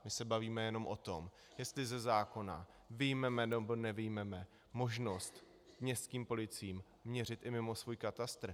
My se bavíme jenom o tom, jestli ze zákona vyjmeme, nebo nevyjmeme možnost městským policiím měřit i mimo svůj katastr.